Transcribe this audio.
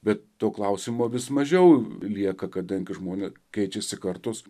bet to klausimo vis mažiau lieka kadangi žmonės keičiasi kartos